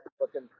looking